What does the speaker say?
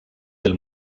del